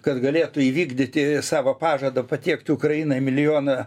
kad galėtų įvykdyti savo pažadą patiekti ukrainai milijoną